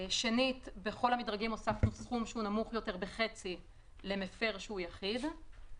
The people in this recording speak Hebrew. בכל המדרגים הוספנו סכום שהוא נמוך בחצי למפר שהוא יחיד.